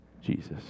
Jesus